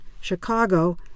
Chicago